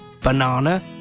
banana